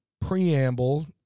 preamble